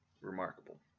Remarkable